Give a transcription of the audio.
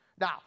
Now